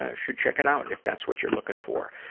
ah should check it out if that's what you're looking for.